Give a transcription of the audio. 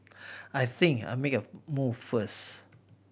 I think I'm make a move first